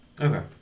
Okay